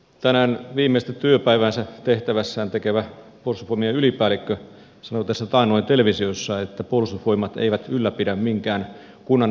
tänään viimeistä työpäiväänsä tehtävässään tekevä puolustusvoimien ylipäällikkö sanoi tässä taannoin televisiossa että puolustusvoimat ei ylläpidä minkään kunnan elinvoimaisuutta